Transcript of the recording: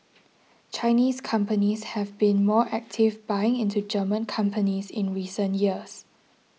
Chinese companies have been more active buying into German companies in recent years